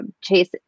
Chase